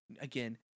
again